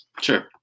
sure